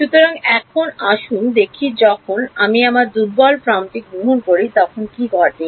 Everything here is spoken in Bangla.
সুতরাং এখন আসুন দেখি যখন আমি আমার দুর্বল ফর্মটি গ্রহণ করি তখন কী ঘটে